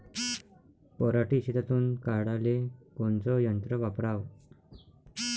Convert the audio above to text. पराटी शेतातुन काढाले कोनचं यंत्र वापराव?